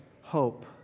hope